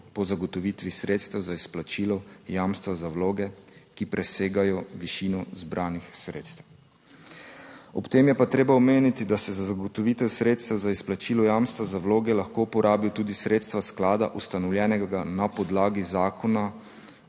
po zagotovitvi sredstev za izplačilo jamstva za vloge, ki presegajo višino zbranih sredstev. Ob tem je pa treba omeniti, da se za zagotovitev sredstev za izplačilo jamstva za vloge lahko uporabijo tudi sredstva sklada, ustanovljenega na podlagi zakona